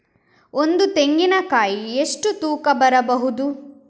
ಒಂದು ತೆಂಗಿನ ಕಾಯಿ ಎಷ್ಟು ತೂಕ ಬರಬಹುದು?